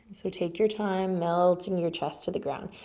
so, take your time melting your chest to the ground.